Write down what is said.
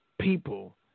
people